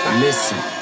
listen